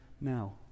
now